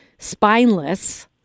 spineless